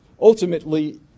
ultimately